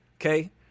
okay